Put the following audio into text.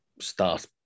start